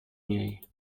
niej